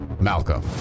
Malcolm